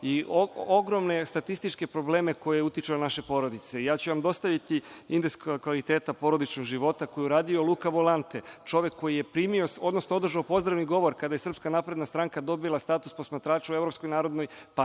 i ogromne statističke probleme koji utiču na naše porodice. Ja ću vam dostaviti indeks kvaliteta porodičnog života koji je uradio Luka Volante, čovek koji je održao pozdravni govor kada je SNS dobila status posmatrača u